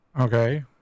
Okay